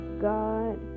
God